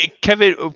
Kevin